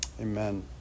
Amen